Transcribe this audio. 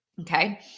Okay